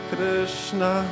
Krishna